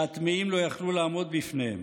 שהטמאים לא יכלו לעמוד בפניהם,